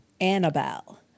Annabelle